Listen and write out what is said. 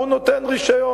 הוא נותן רשיון.